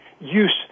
use